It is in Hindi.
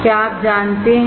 क्या आप जानते हैं